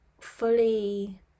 fully